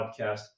podcast